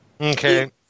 Okay